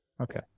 Okay